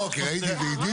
לא, כי ראיתי אידיליה.